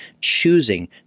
choosing